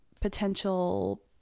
potential